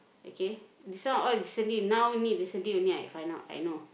okay this one all recently now only recently only I find out I know